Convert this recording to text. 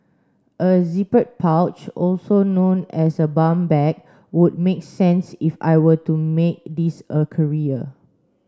a zippered pouch also known as a bum bag would make sense if I were to make this a career